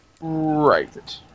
Right